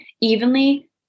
evenly